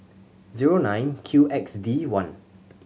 zero nine Q X D one